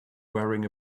wearing